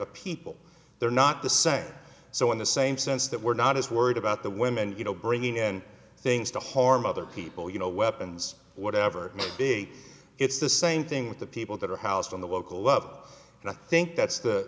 of people they're not the same so in the same sense that we're not as worried about the women you know bringing in things to harm other people you know weapons whatever big it's the same thing with the people that are house from the local love and i think that's